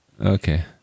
Okay